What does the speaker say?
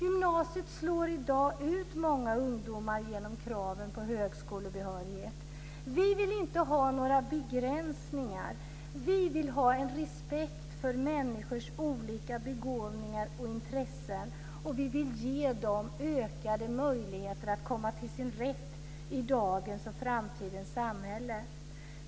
I dag slås många ungdomar i gymnasiet ut genom de krav som finns på högskolebehörighet. Vi vill inte ha några begränsningar. Vi vill ha en respekt för människors olika begåvningar och intressen. Vi vill ge dem ökade möjligheter att komma till sin rätt i dagens och framtidens samhälle.